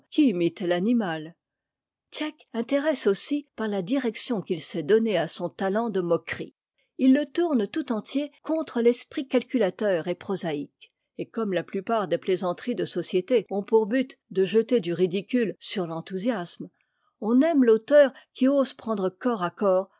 tieck intéresse aussi par la direction qu'il sait donner à son talent de moquerie il le tourne tout entier contre l'esprit calculateur et prosaïque et comme la plupart des plaisanteries de société ont pour but de jeter du ridicule sur l'enthousiasme on aime l'auteur qui ose prendre corps à corps